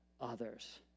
others